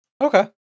okay